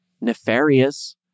nefarious